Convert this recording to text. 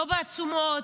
לא בעצומות,